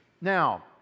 Now